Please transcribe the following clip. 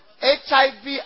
HIV